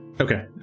Okay